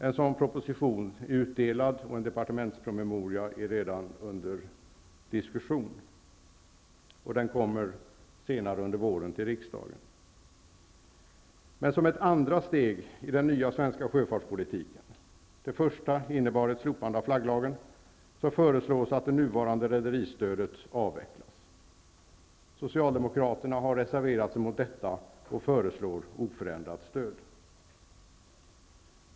En proposition är utdelad, och en departementspromemoria är redan under diskussion och kommer senare under våren till riksdagen. Men som ett andra steg i den nya svenska sjöfartspolitiken -- det första innebar slopandet av flagglagen -- föreslås att det nuvarande rederistödet avvecklas. Socialdemokraterna har reserverat sig mot detta och föreslår oförändrat stöd.